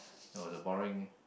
that was a boring